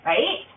Right